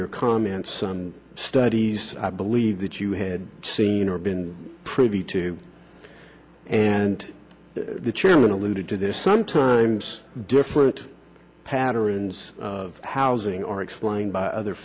your comment some studies i believe that you had seen or been privy to and the chairman alluded to this sometimes different patterns of housing are explained by other